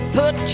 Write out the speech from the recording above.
put